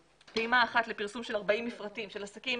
פעימה אחת לפרסום של 40 מפרטים של עסקים